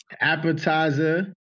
appetizer